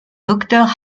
docteur